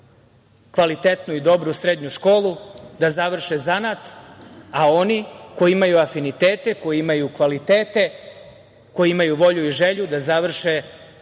kvalitetnu i dobru srednju školu, da završe zanat, a oni koji imaju afinitete, koji imaju kvalitete, koji imaju volju i želju da završe